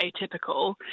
atypical